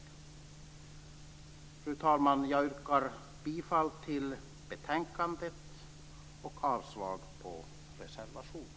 Fru talman! Jag yrkar bifall till hemställan i betänkandet och avslag på reservationerna.